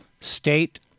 state